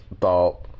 thought